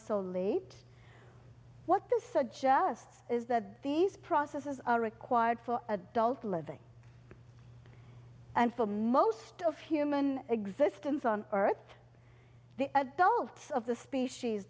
so late what this suggests is that these processes are required for adult living and for the most of human existence on earth the adults of the species